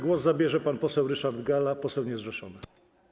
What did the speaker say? Głos zabierze pan poseł Ryszard Galla, poseł niezrzeszony.